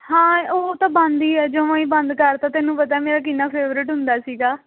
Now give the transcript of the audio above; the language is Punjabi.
ਹਾਂ ਉਹ ਤਾਂ ਬਣਦੀ ਹੈ ਜਮ੍ਹਾ ਹੀ ਬੰਦ ਕਰ ਤਾ ਤੈਨੂੰ ਪਤਾ ਮੇਰਾ ਕਿੰਨਾ ਫੇਵਰੇਟ ਹੁੰਦਾ ਸੀਗਾ